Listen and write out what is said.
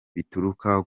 bituruka